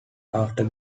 after